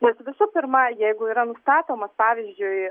nes visų pirma jeigu yra nustatomos pavyzdžiui